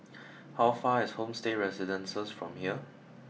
how far away is Homestay Residences from here